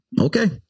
Okay